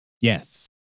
yes